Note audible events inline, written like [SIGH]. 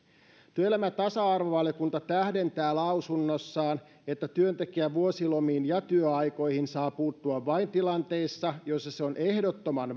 työelämä ja tasa arvovaliokunta tähdentää lausunnossaan että työntekijän vuosilomiin ja työaikoihin saa puuttua vain tilanteissa joissa se on ehdottoman [UNINTELLIGIBLE]